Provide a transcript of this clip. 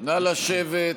נא לשבת.